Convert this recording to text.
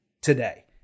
today